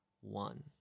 one